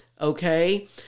okay